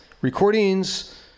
recordings